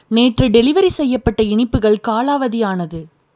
நேற்று டெலிவெரி செய்யப்பட்ட இனிப்புகள் காலாவதி ஆனது